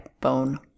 bone